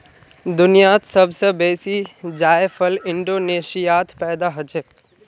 दुनियात सब स बेसी जायफल इंडोनेशियात पैदा हछेक